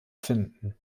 finden